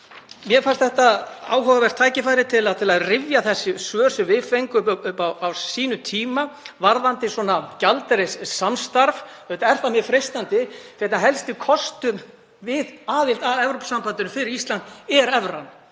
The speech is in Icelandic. Mér fannst þetta áhugavert tækifæri til að rifja upp þau svör sem við fengum á sínum tíma varðandi svona gjaldeyrissamstarf. Auðvitað er það mjög freistandi. Einn helsti kostur við aðild að Evrópusambandinu fyrir Ísland er evran,